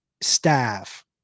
staff